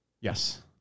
Yes